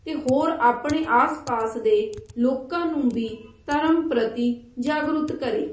ਅਤੇ ਹੋਰ ਆਪਣੇ ਆਸ ਪਾਸ ਦੇ ਲੋਕਾਂ ਨੂੰ ਵੀ ਧਰਮ ਪ੍ਰਤੀ ਜਾਗਰੂਕ ਕਰੇ